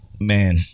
Man